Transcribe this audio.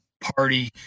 party